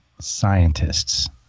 scientists